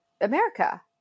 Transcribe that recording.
America